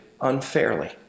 unfairly